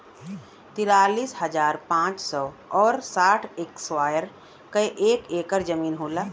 तिरालिस हजार पांच सौ और साठ इस्क्वायर के एक ऐकर जमीन होला